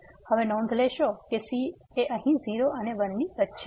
હવે નોંધ લેશો કે c અહીં 0 અને 1 ની વચ્ચે છે